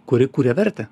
kuri kuria vertę